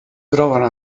trovano